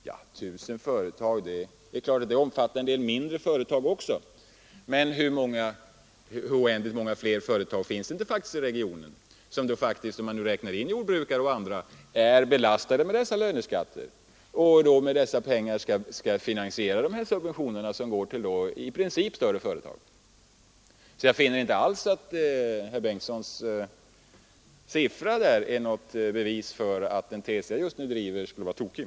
Ja, det är klart att det bland dessa 1 000 företag också finns en del mindre sådana; men det finns ju ändå oändligt många fler företag i regionen, om man räknar in jordbrukare och andra, vilka är belastade med löneskatter och därför med de pengarna finansierar subventioner som i princip går till större företag. Jag finner därför att herr Bengtssons siffra i det sammanhanget inte alls är något bevis för att den tes som jag här driver skulle vara tokig.